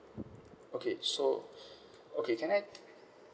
okay so okay can I